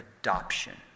adoption